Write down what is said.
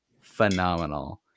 phenomenal